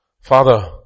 Father